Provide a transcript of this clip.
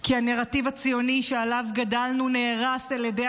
כי הנרטיב הציוני שעליו גדלנו נהרס על ידי